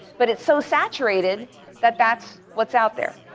but it's so saturated that that's what's out there.